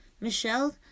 Michelle